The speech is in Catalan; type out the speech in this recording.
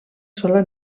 sola